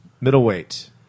Middleweight